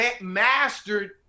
mastered